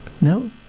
No